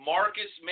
Marcus